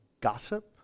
gossip